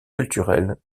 culturel